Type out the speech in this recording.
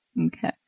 okay